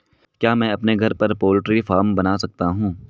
क्या मैं अपने घर पर पोल्ट्री फार्म बना सकता हूँ?